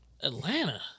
Atlanta